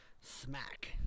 Smack